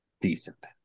Decent